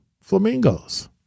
Flamingos